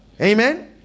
Amen